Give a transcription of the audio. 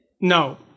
No